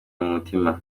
umutima